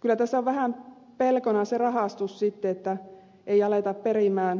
kyllä tässä on vähän pelkona se rahastus sitten että ei aleta periä